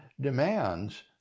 demands